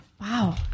Wow